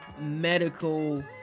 medical